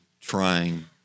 trying